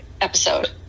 episode